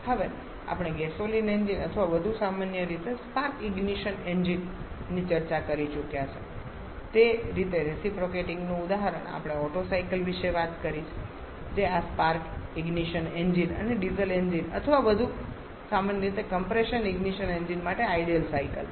હવે આપણે gasoline engine અથવા વધુ સામાન્ય રીતે સ્પાર્ક ઇગ્નીશન એન્જિન ની ચર્ચા કરી ચૂક્યા છે તે રીતે રેસીપ્રોકેટીંગનું ઉદાહરણ આપણે ઓટ્ટો સાયકલ વિશે વાત કરી છે જે આ સ્પાર્ક ઇગ્નીશન એન્જિન અને ડીઝલ એન્જિન અથવા વધુ સામાન્ય રીતે કમ્પ્રેશન ઇગ્નીશન એન્જિન માટે આઇડલ સાયકલ છે